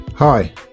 Hi